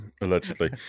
Allegedly